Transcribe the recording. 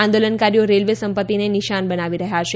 આંદોલનકારીઓ railway સંપત્તિને નિશાન બનાવી રહ્યા છે